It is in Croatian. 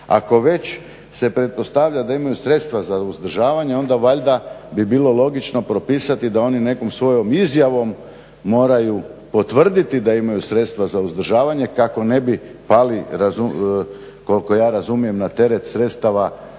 Ako već se pretpostavlja da imaju sredstva za uzdržavanje onda valjda bi bilo logično propisati da oni nekom svojom izjavom moraju potvrditi da imaju sredstva za uzdržavanje kako ne bi pali koliko ja razumijem na teret sredstava